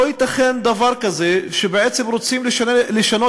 לא ייתכן דבר כזה שבעצם רוצים לשנות